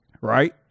right